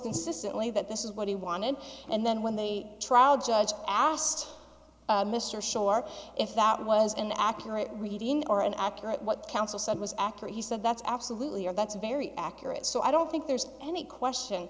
insistently that this is what he wanted and then when they trial judge asked mr schorr if that was an accurate reading or an accurate what counsel said was accurate he said that's absolutely or that's a very accurate so i don't think there's any question